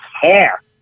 care